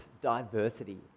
diversity